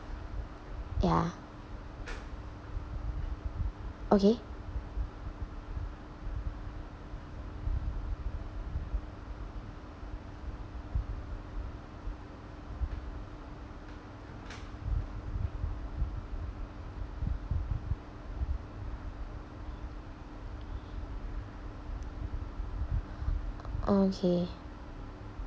ya okay okay